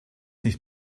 nicht